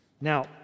Now